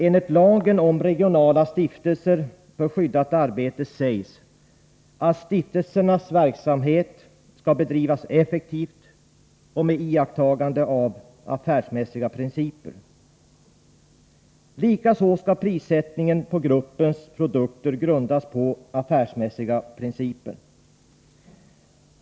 Enligt lagen om regionala stiftelser för skyddat arbete skall stiftelsernas verksamhet bedrivas effektivt och med iakttagande av affärsmässiga principer. Likaså skall prissättningen på gruppens produkter grundas på affärsmässiga principer.